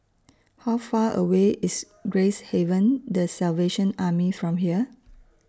How Far away IS Gracehaven The Salvation Army from here